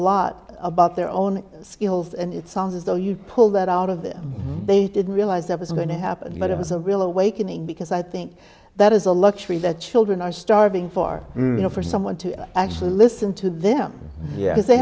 lot about their own skills and it sounds as though you pull that out of them they didn't realize that was going to happen but it was a real awakening because i think that is a luxury that children are starving for you know for someone to actually listen to them because they